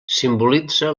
simbolitza